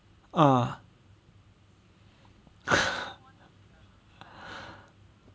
ah